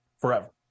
forever